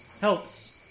helps